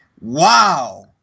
Wow